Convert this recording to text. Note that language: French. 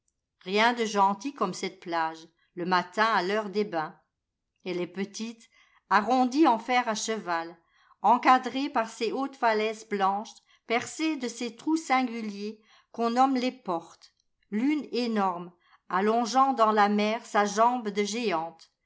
rien de gentil comme cette plage le matin à l'heure des bains elle est petite arrondie en fer à cheval encadrée par ces hautes falaises blanches percées de ces trous singuhers qu'on nomme les portes l'une énorme allongeant dans la mer sa jambe de géante